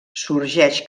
sorgeix